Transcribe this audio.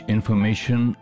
Information